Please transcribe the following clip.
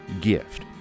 gift